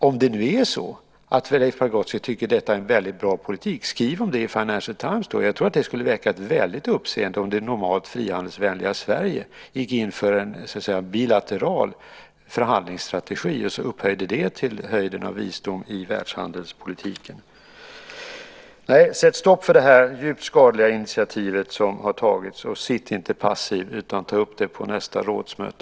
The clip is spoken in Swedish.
Om Leif Pagrotsky tycker att det är en väldigt bra politik bör han skriva om den i Financial Times. Jag tror att det skulle väcka ett väldigt uppseende om det normalt frihandelsvänliga Sverige gick in för en bilateral förhandlingsstrategi och upphöjde det till höjden av visdom i världshandelspolitiken. Nej, sätt stopp för det här djupt skadliga initiativet som har tagits! Sitt inte passiv utan ta upp det på nästa rådsmöte!